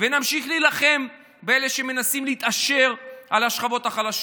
ונמשיך להילחם באלה שמנסים להתעשר על חשבון השכבות החלשות,